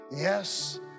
Yes